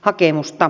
hakemusta